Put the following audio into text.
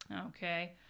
Okay